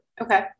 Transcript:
Okay